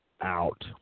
out